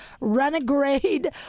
Renegade